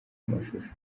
amashusho